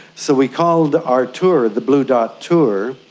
so we called our tour the blue dot tour,